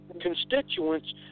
constituents